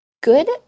Good